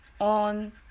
on